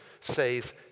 says